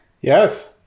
yes